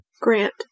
Grant